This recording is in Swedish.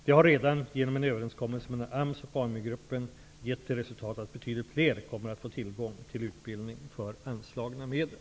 Det har redan, genom en överenskommelse mellan AMS och AMU gruppen, gett till resultat att betydligt fler kommer att få tillgång till utbildning för anslagna medel.